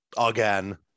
again